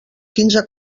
quinze